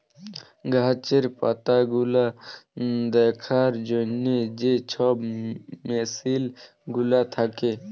গাহাচের পাতাগুলা দ্যাখার জ্যনহে যে ছব মেসিল গুলা থ্যাকে